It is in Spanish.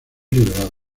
liberado